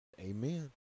amen